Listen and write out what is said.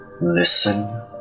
Listen